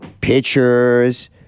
pictures